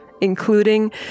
including